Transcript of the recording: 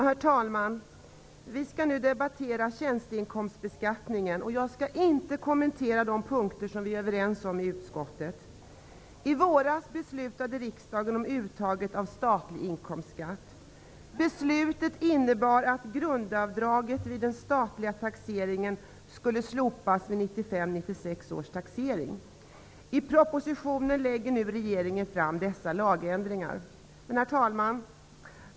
Herr talman! Vi skall nu debattera tjänsteinkomstbeskattningen. Jag skall inte kommentera de punkter som vi är överens om i utskottet. I våras beslutade riksdagen om uttaget av statlig inkomstskatt. Beslutet innebar att grundavdraget vid den statliga taxeringen slopas vid 1995/96 års taxering. I propositionen lägger nu regeringen fram förslag till dessa lagändringar. Herr talman!